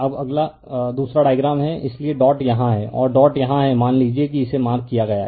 अब अगला दूसरा डायग्राम है इसलिए डॉट यहाँ है और डॉट यहाँ है मान लीजिए कि इसे मार्क किया गया है